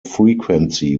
frequency